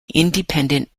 independent